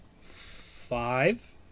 Five